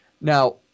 Now